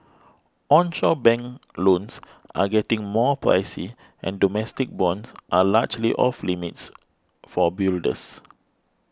onshore bank loans are getting more pricey and domestic bonds are largely off limits for builders